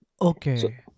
Okay